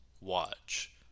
watch